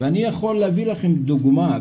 ואני יכול להביא לכם דוגמא.